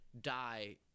die